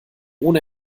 ohne